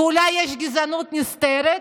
ואולי יש גזענות נסתרת?